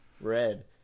red